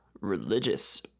religious